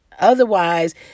Otherwise